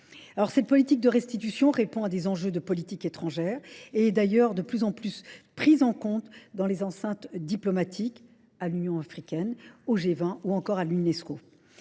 Cette politique de restitution répond à des enjeux de politique étrangère et est d'ailleurs de plus en plus prise en compte dans les enceintes diplomatiques à l'Union africaine, au G20 ou encore à l'UNESCO.